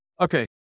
Okay